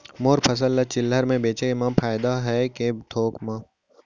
मोर फसल ल चिल्हर में बेचे म फायदा है के थोक म?